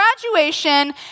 graduation